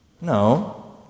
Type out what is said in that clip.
No